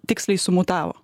tiksliai sumutavo